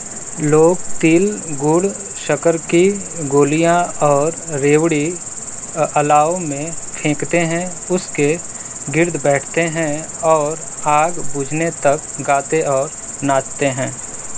لوگ تل گڑ شکر کی گولیاں اور ریوڑی الاؤ میں پھینکتے ہیں اس کے گرد بیٹھتے ہیں اور آگ بجھنے تک گاتے اور ناچتے ہیں